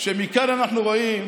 שמכאן אנחנו רואים